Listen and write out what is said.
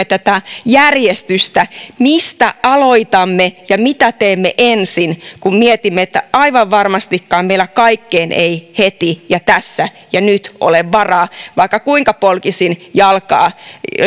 tätä järjestystä mistä aloitamme ja mitä teemme ensin kun mietimme että aivan varmastikaan meillä kaikkeen ei heti ja tässä ja nyt ole varaa vaikka kuinka polkisin jalkaa